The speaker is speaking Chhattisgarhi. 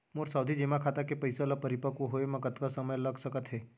मोर सावधि जेमा खाता के पइसा ल परिपक्व होये म कतना समय लग सकत हे?